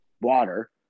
water